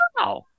Wow